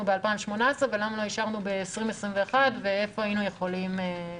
ב-2018 ולמה לא אישרנו ב-2021 ואיפה היינו יכולים להיות.